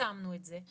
ופרסמנו את זה,